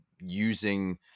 using